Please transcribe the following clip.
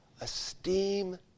Esteem